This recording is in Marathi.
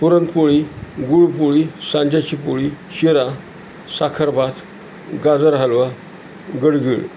पुरणपोळी गुळपोळी सांजेची पोळी शिरा साखरभात गाजर हलवा गडगिळ